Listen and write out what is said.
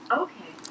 okay